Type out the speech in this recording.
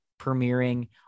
premiering